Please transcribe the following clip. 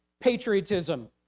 patriotism